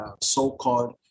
so-called